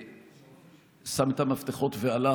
שם את המפתחות והלך.